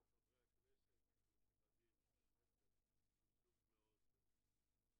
חברי הכנסת המכובדים, באמת יש ייצוג מאוד מרשים.